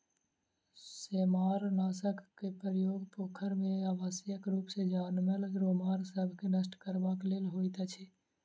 सेमारनाशकक प्रयोग पोखैर मे अनावश्यक रूप सॅ जनमल सेमार सभ के नष्ट करबाक लेल होइत अछि